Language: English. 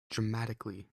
dramatically